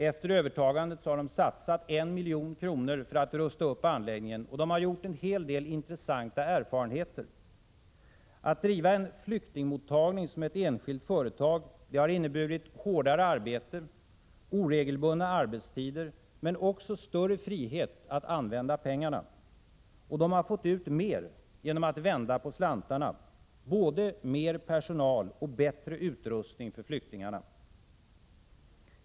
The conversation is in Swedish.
Efter övertagandet har de satsat 1 milj.kr. på att rusta upp anläggningen, och de har gjort många intressanta erfarenheter. Att driva en flyktingmottagning som ett enskilt företag har inneburit hårdare arbete, oregelbundna arbetstider, men också större frihet att använda pengarna. Och de har fått ut mer genom att vända på slantarna: både mer personal och bättre utrustning för flyktingarna.